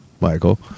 Michael